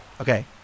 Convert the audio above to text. Okay